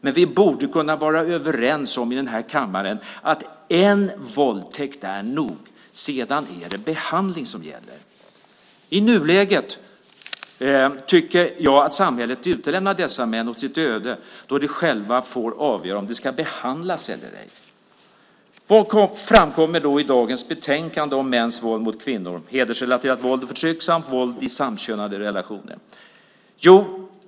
Men vi borde kunna vara överens i den här kammaren om att en våldtäkt är nog. Sedan är det behandling som gäller. I nuläget tycker jag att samhället lämnar dessa män åt sitt öde då de själva får avgöra om de ska behandlas eller ej. Vad framkommer då i dagens betänkande Mäns våld mot kvinnor, hedersrelaterat våld och förtryck samt våld i samkönade relationer ?